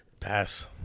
Pass